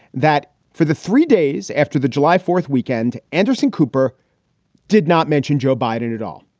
that for the three days after the july fourth weekend, anderson cooper did not mention joe biden at all.